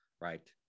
Right